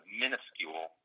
minuscule